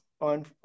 on